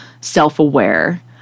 self-aware